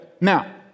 Now